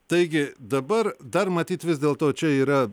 taigi dabar dar matyt vis dėlto čia yra